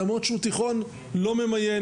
למרות שהוא תיכון לא ממיין,